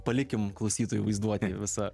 palikim klausytojų vaizduotei visą